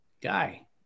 Guy